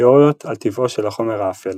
תאוריות על טבעו של החומר האפל